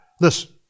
Listen